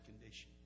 condition